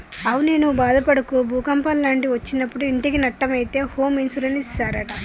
అవునే నువ్వు బాదపడకు భూకంపాలు లాంటివి ఒచ్చినప్పుడు ఇంటికి నట్టం అయితే హోమ్ ఇన్సూరెన్స్ ఇస్తారట